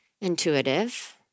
intuitive